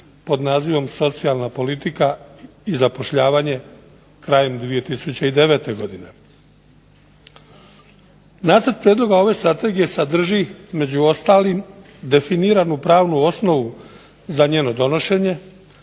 pod nazivom Socijalna politika i zapošljavanje krajem 2009. godine. Nacrt prijedloga ove strategije sadrži među ostalim definiranu pravnu osnovu za njeno donošenje,